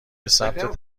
ثبت